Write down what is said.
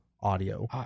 audio